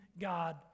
god